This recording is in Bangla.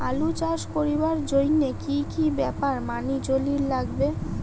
আলু চাষ করিবার জইন্যে কি কি ব্যাপার মানি চলির লাগবে?